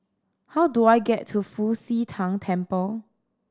how do I get to Fu Xi Tang Temple